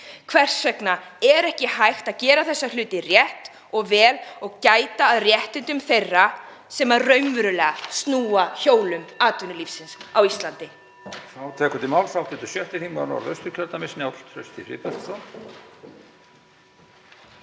Hvers vegna er ekki hægt að gera þessa hluti rétt og vel og gæta að réttindum þeirra sem raunverulega snúa hjólum atvinnulífsins á Íslandi?